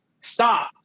stop